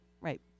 right